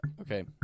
Okay